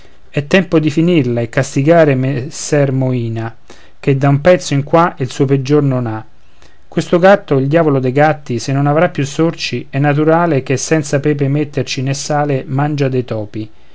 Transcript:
è tempo di finirla e castigare messer moina che da un pezzo in qua il suo peggior non ha questo gatto il diavolo dei gatti se non avrà più sorci è naturale che senza pepe metterci né sale mangia dei topi